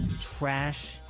trash